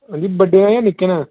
जी बड्डे न जां निक्के न